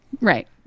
Right